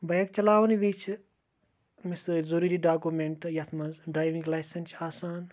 bike چَلونہٕ وِزِ چھِ أمس سۭتۍ ضروٗری ڈاکومینٹ یَتھ منٛز ڈرایونگ لایسانٕس چھِ آسان